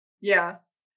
Yes